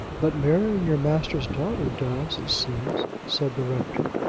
but marrying your master's daughter does, it seems, said the rector.